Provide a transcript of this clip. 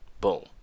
boom